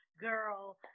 girl